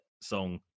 song